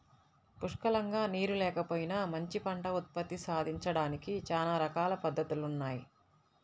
పుష్కలంగా నీరు లేకపోయినా మంచి పంట ఉత్పత్తి సాధించడానికి చానా రకాల పద్దతులున్నయ్